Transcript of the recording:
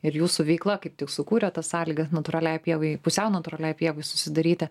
ir jūsų veikla kaip tik sukūrė tas sąlygas natūraliai pievai pusiau natūraliai pievai susidaryti